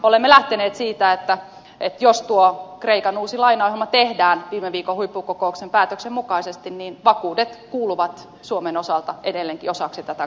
olemme lähteneet siitä että jos tuo kreikan uusi lainaohjelma tehdään viime viikon huippukokouksen päätöksen mukaisesti niin vakuudet kuuluvat suomen osalta edelleenkin osaksi tätä kokonaisuutta